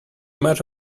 much